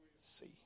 see